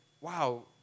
wow